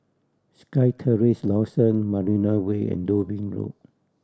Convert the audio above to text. SkyTerrace Dawson Marina Way and Dublin Road